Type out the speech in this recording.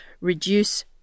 reduce